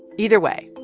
either way,